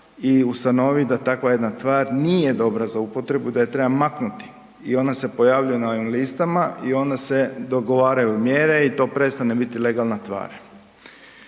i ustanovi da takva jedna tvar nije dobra za upotrebu, da je treba maknuti i onda se pojavljuje na ovim listama i onda se dogovaraju mjere i to prestane biti legalna tvar.